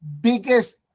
biggest